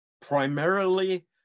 Primarily